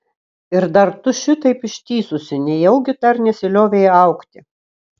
ir dar tu šitaip ištįsusi nejaugi dar nesiliovei augti